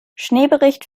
schneebericht